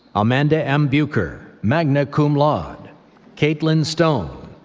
amanda m. buker, magna cum laude caitlin stone,